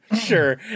sure